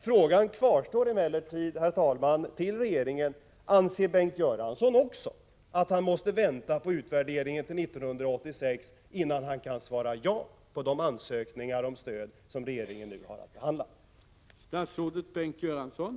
Frågan till regeringen, herr talman, kvarstår emellertid: Anser Bengt Göransson också att han måste vänta på utvärderingen till 1986 innan han kan svara ja på de ansökningar om stöd som regeringen nu har att behandla?